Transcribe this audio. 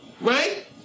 Right